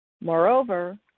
Moreover